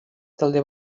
talde